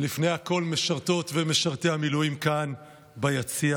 ולפני הכול משרתות ומשרתי המילואים כאן ביציע,